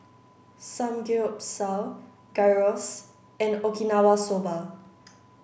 Samgeyopsal Gyros and Okinawa Soba